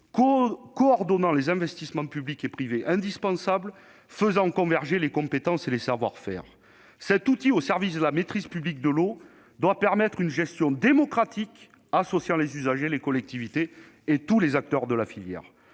coordonner les investissements publics et privés indispensables et de faire converger les compétences et les savoir-faire. Cet outil au service de la maîtrise publique de l'eau doit permettre une gestion démocratique associant les usagers, les collectivités et tous les acteurs de la filière.